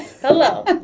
hello